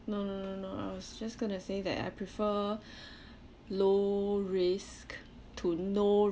no no no no I was just gonna say that I prefer low risk to no